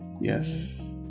Yes